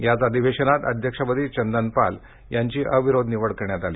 याच अधिवेशनात अध्यक्षपदी चंदन पाल यांनी अविरोध निवड करण्यात आली